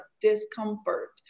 discomfort